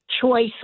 choice